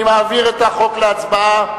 אני מעביר את החוק להצבעה.